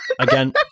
Again